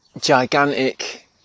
gigantic